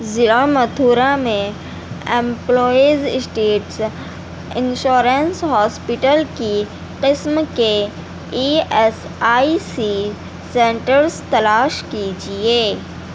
ضلع متھرا میں employees states insurance hospital کی قسم کے E S I C centres تلاش کیجیے